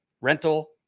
rental